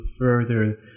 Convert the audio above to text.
further